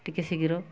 ଟିକିଏ ଶୀଘ୍ର